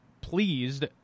pleased—